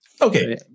Okay